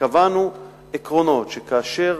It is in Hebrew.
קבענו עקרונות שכאשר